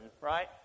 right